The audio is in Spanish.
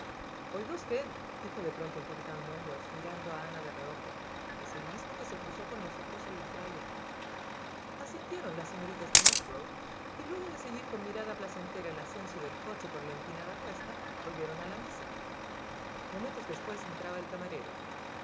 oiga usteddijo de pronto el capitán wentworth mirando a ana de reojo es el mismo que se cruzó con nosotros en la playa asintieron las señoritas de musgrove y luego de seguir con mirada placentera el ascenso del coche por la empinada cuesta volvieron a la mesa momentos después entraba el camarero oiga